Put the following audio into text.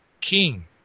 king